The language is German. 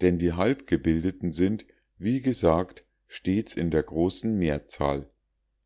denn die halbgebildeten sind wie gesagt stets in der großen mehrzahl